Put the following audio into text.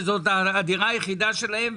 וזו הדירה היחידה שלהם,